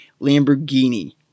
Lamborghini